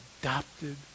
adopted